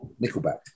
Nickelback